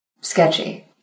sketchy